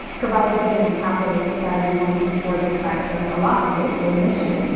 provided that in capitalist society, one can afford the price of a latte or admission,